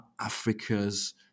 Africa's